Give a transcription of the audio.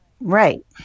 Right